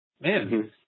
man